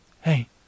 hey